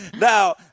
Now